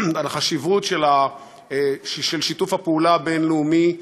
לחשיבות של שיתוף פעולה בין-לאומי,